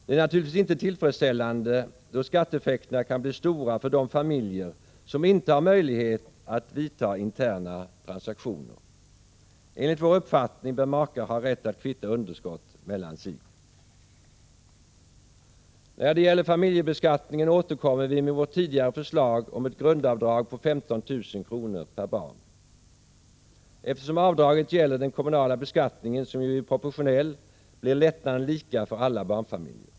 Det är naturligtvis inte tillfredsställande, då skatteeffekterna kan bli stora för de familjer som inte har möjlighet att företa interna transaktioner. Enligt vår uppfattning bör makar ha rätt att kvitta underskott mellan sig. När det gäller familjebeskattningen återkommer vi med vårt tidigare förslag om ett grundavdrag på 15 000 kr. per barn. Eftersom avdraget gäller den kommunala beskattningen, som ju är proportionell, blir lättnaden lika för alla barnfamiljer.